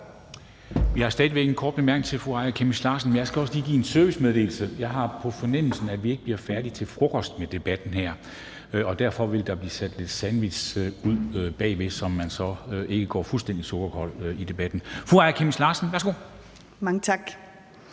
Vi har stadig væk en kort bemærkning til fru Aaja Chemnitz Larsen, men jeg skal også lige give en servicemeddelelse. Jeg har på fornemmelsen, at vi ikke bliver færdige til frokost med debatten her, og derfor vil der blive sat lidt sandwich ud bagved, så man ikke går fuldstændig sukkerkold i debatten. Fru Aaja Chemnitz Larsen, værsgo. Kl.